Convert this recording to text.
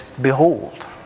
Behold